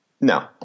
No